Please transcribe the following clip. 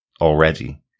already